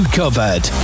covered